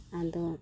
ᱟᱫᱚ